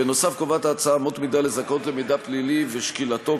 בנוסף קובעת ההצעה אמות מידה לזכאות למידע פלילי ושקילתו,